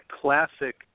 classic